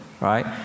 right